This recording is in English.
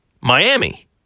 Miami